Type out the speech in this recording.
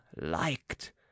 liked